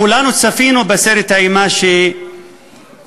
כולנו צפינו בסרט האימה שפורסם: